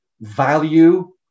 value